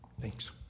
Thanks